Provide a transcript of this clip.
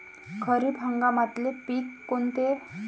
खरीप हंगामातले पिकं कोनते?